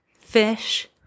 Fish